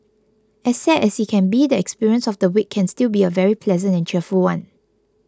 as sad as it can be the experience of the wake can still be a very pleasant and cheerful one